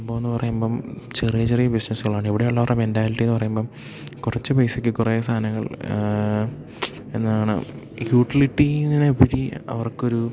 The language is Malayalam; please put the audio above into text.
സംഭവം എന്ന് പറയുമ്പം ചെറിയ ചെറിയ ബിസിനസ്സുകളാണ് ഇവിടെ ഉള്ളവരുടെ മെൻറ്റാലിറ്റി എന്ന് പറയുമ്പം കുറച്ച് പൈസക്ക് കുറേ സാധനങ്ങൾ എന്നാണ് യൂട്ടിലിറ്റീനെ പറ്റി അവർക്കൊരു